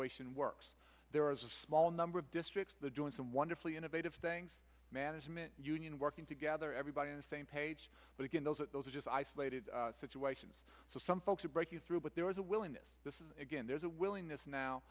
ation works there is a small number of districts the joints and wonderfully innovative things management union working together everybody in the same page but again those are those are just isolated situations some folks are breaking through but there is a willingness again there's a willingness now